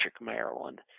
Maryland